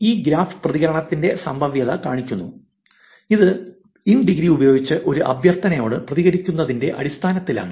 ഈ ഗ്രാഫ് പ്രതികരണത്തിന്റെ സംഭാവ്യത കാണിക്കുന്നു അത് ഇൻ ഡിഗ്രി ഉപയോഗിച്ച് ഒരു അഭ്യർത്ഥനയോട് പ്രതികരിക്കുന്നതിന്റെ അടിസ്ഥാനത്തിലാണ്